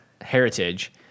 Heritage